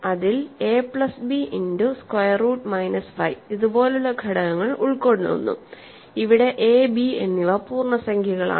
അതിൽ A plus B into square root minus 5 ഇതുപോലുള്ള ഘടകങ്ങൾ ഉൾക്കൊള്ളുന്നു ഇവിടെ a b എന്നിവ പൂർണ്ണസംഖ്യകളാണ്